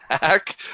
back